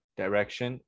direction